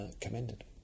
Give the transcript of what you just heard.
commended